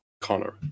Connor